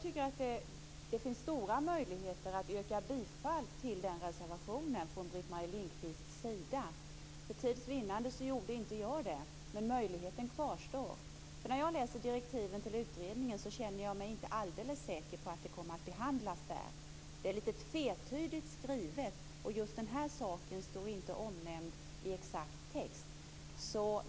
Det finns stora möjligheter för Britt-Marie Lindkvist att yrka bifall till reservationen. För tids vinnande gjorde jag inte det, men möjligheten kvarstår. När jag läser direktivet till utredningen känner jag mig inte alldeles säker på att detta kommer att behandlas där. Det är tvetydigt skrivet. Just den här saken står inte omnämnd i exakt text.